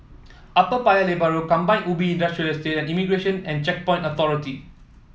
Upper Paya Lebar Road Kampong Ubi Industrial Estate Immigration and Checkpoints Authority